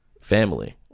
family